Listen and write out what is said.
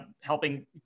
helping